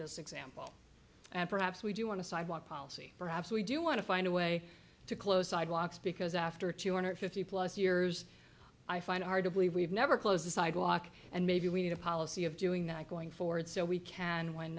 this example and perhaps we do want to sidewalk policy perhaps we do want to find a way to close sidewalks because after two hundred fifty plus years i find it hard to believe we've never closed the sidewalk and maybe we need a policy of doing that going forward so we can when